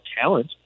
talent